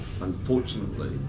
unfortunately